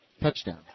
touchdown